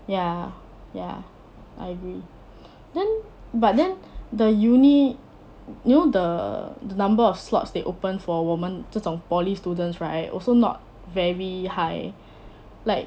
ya ya I agree then but then the uni you know the number of slots they open for 我们这种 poly students right also not very high like